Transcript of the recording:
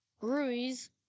Ruiz